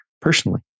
personally